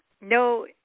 no –